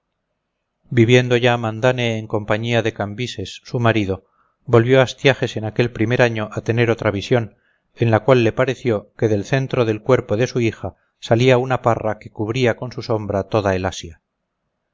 viviendo ya mandane en compañía de cambises su marido volvió astiages en aquel primer año a tener otra visión en la cual le pareció que del centro del cuerpo de su hija salía una parra que cubría con su sombra toda el asia